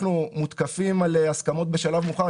אנחנו מותקפים על הסכמות בשלב מאוחר.